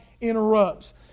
interrupts